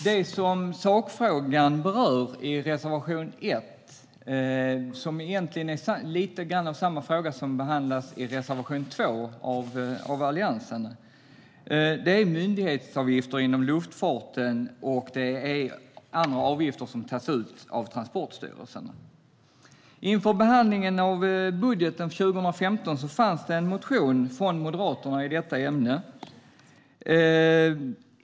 Det som sakfrågan berör i reservation 1 - egentligen är det lite grann samma fråga som behandlas i reservation 2 av Alliansen - är myndighetsavgifter inom luftfarten och andra avgifter som tas ut av Transportstyrelsen. Inför behandlingen av budgeten för 2015 fanns det en motion från Moderaterna i detta ämne.